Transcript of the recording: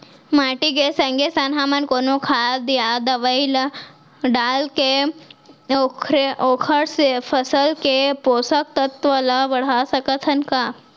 माटी के संगे संग हमन कोनो खाद या दवई ल डालके ओखर फसल के पोषकतत्त्व ल बढ़ा सकथन का?